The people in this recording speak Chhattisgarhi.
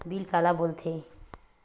बिल काला बोल थे?